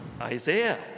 Isaiah